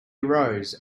arose